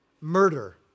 murder